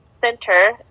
center